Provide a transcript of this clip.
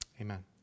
Amen